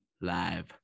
live